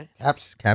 Caps